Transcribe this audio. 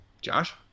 Josh